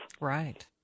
right